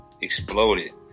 exploded